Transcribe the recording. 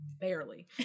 Barely